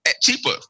cheaper